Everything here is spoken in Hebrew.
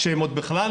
כשהם בכלל